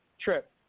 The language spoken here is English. Trip